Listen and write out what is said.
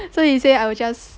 so he say I will just